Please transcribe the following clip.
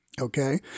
Okay